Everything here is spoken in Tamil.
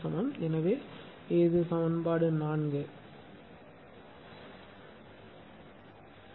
எனவே இது சமன்பாடு 4 சரி